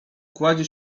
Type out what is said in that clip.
kładzie